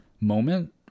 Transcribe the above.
moment